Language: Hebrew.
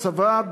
הצבא,